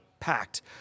packed